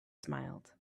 smiled